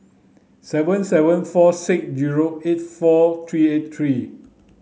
seven seven four six zero eight four three eight three